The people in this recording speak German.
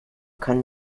können